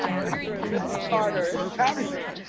um mr. and mrs. carter, it's happening!